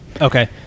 Okay